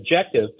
objective